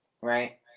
Right